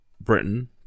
Britain